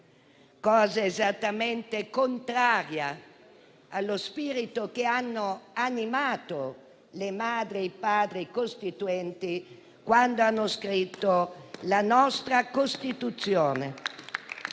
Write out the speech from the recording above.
cosa esattamente contraria allo spirito che ha animato le Madri e i Padri costituenti quando hanno scritto la nostra Costituzione.